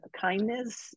kindness